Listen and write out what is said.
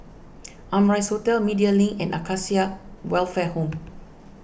Amrise Hotel Media Link and Acacia Welfare Home